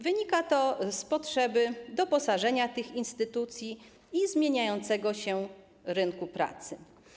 Wynika to z potrzeby doposażenia tych instytucji i zmieniającego się rynku pracy.